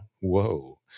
whoa